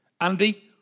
Andy